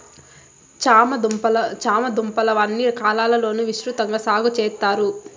చామ దుంపలు అన్ని కాలాల లోనూ విసృతంగా సాగు చెత్తారు